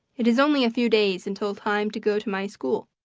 it is only a few days until time to go to my school,